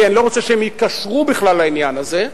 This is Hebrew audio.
כי אני לא רוצה שהן ייקשרו בכלל לעניין הזה,